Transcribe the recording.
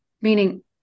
meaning